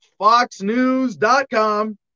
foxnews.com